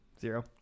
Zero